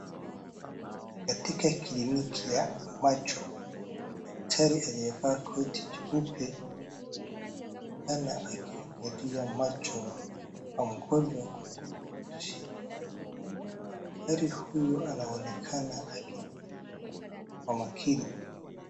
Katika kliniki ya macho, chali aliyevaa koti jeupe anaoneka akiangalia macho ya mgonjwa kutumia mashini. Daktari huyu anaonekana akiangalia kwa makini.